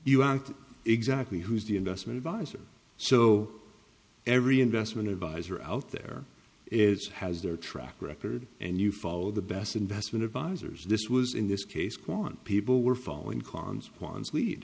you aren't exactly who's the investment advisor so every investment advisor out there is has their track record and you follow the best investment advisors this was in this case kwan people were following consequence lead